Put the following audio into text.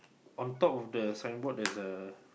on top of the signboard there's a